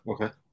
Okay